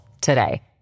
today